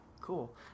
cool